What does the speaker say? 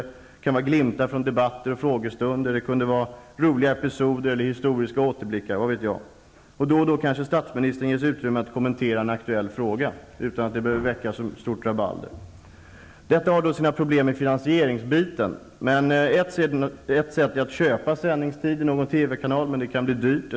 Det kan vara glimtar från debatter och frågestunder, roliga episoder eller historiska återblickar. Då och då kanske statsministern ges utrymme att kommentera en aktuell fråga utan att det behöver väcka så stort rabalder. Det kan förstås bli problem med finansieringen. Ett sätt är att köpa sändningstid i någon TV-kanal. Det kan bli dyrt.